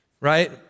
right